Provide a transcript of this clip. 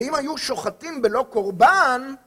אם היו שוחטים בלא קורבן...